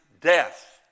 death